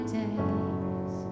days